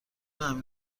امیر